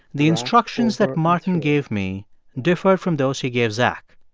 the instructions that martin gave me differed from those he gave zach.